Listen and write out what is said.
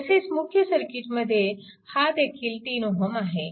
तसेच मुख्य सर्किटमध्ये हा देखील 3Ω आहे